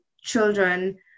children